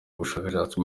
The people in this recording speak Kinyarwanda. bushakashatsi